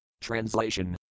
Translation